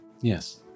Yes